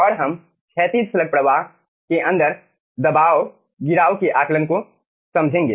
और हम क्षैतिज स्लग प्रवाह के अंदर दबाव गिराव के आकलन को समझेंगे